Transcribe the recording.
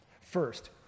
First